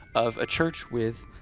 of a church with